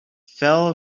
fell